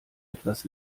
etwas